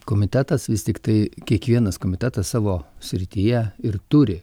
komitetas vis tiktai kiekvienas komitetas savo srityje ir turi